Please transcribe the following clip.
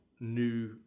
new